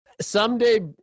someday